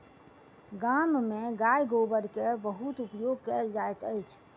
गाम में गाय गोबर के बहुत उपयोग कयल जाइत अछि